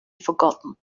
forgotten